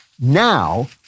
Now